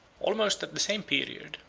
almost at the same period,